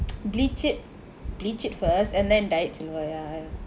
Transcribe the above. bleach it bleach it first and then dye it silver ya